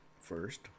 First